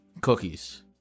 cookies